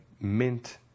mint